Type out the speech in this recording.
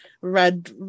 red